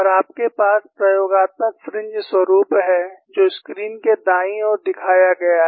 और आपके पास प्रयोगात्मक फ्रिंज स्वरुप है जो स्क्रीन के दाईं ओर दिखाया गया है